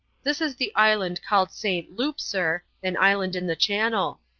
this is the island called st. loup, sir, an island in the channel.